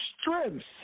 strengths